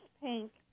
pink